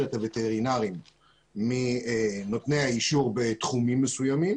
את הווטרינרים מנותני האישור בתחומים מסוימים,